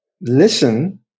listen